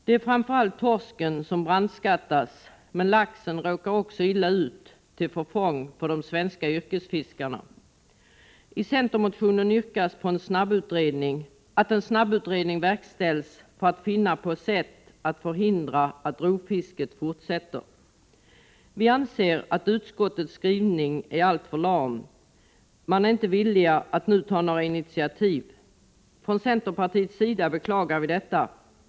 Det är framför allt torsken som brandskattas, men laxen råkar också illa ut, till förfång för de svenska yrkesfiskarna. I centermotionen yrkas att en snabbutredning skall verkställas för att undersöka möjligheterna att förhindra att rovfisket fortsätter. Vi anser att utskottets skrivning är alltför lam. Utskottet är inte villigt att nu ta några initiativ. Från centerpartiets sida beklagar vi detta.